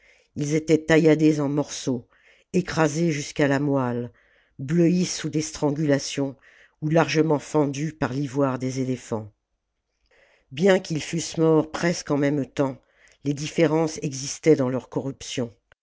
ils étaient tailladés en morceaux écrasés jusqu'à la moelle bleuis sous des strangulations ou largement fendus par l'ivoire des éléphants bien qu'ils fussent morts presque en même temps des différences existaient dans leur corruption